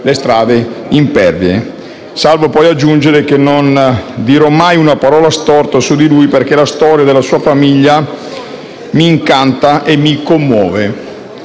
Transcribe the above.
Salvo poi aggiungere: «Non dirò mai una parola storta su di lui, perché la storia della sua famiglia mi incanta e mi commuove: